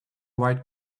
white